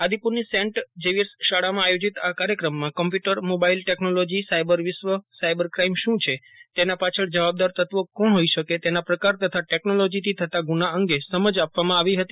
આદિપુરની Saint Xavier's શાળામાં આયોજિત આ કાર્યક્રમમાં કોમ્પ્યુટર મોબાઇલ ટેકનોલોજી સાયબર વિશ્વ સાયબર ક્રાઇમ શું છે તેના પાછળ જવાબદાર તત્ત્વી કોણ ફોઇ શકે તેના પ્રકાર તથા ટેકનોલોજીથી થતા ગુના અંગે સમજ આપવામાં આવી હતી